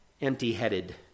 Empty-headed